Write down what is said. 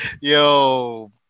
Yo